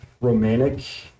romantic